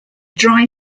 dry